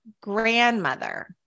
grandmother